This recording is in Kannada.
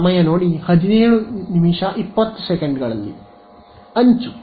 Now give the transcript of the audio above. ಅಂಚು